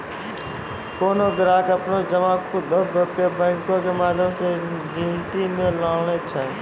कोनो ग्राहक अपनो जमा सूदो के बैंको के माध्यम से गिनती मे लानै छै